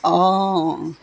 অঁ